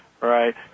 right